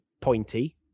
pointy